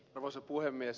arvoisa puhemies